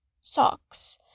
socks